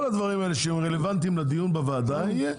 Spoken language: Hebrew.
כל הדברים האלה שהם רלוונטיים לדיון בוועדה, יהיו.